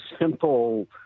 simple